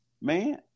man